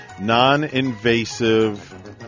non-invasive